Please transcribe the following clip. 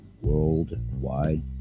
worldwide